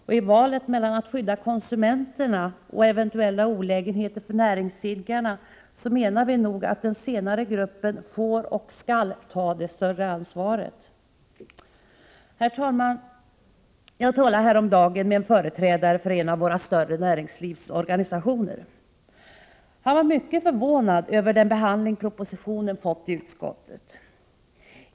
Och i valet mellan att skydda konsumenterna och eventuella olägenheter för näringsidkarna menar vi att den senare gruppen får och skall ta det större ansvaret. Herr talman! Jag talade häromdagen med en företrädare för en av våra större näringslivsorganisationer. Han var mycket förvånad över den behandling propositionen fått i utskottet.